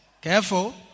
Careful